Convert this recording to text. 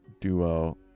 duo